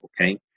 okay